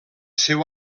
seu